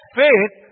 faith